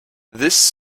this